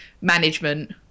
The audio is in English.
management